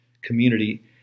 community